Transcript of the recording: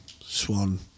swan